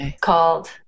called